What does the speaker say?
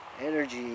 energy